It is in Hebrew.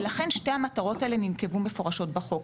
ולכן, שתי המטרות האלה ננקבו מפורשות בחוק.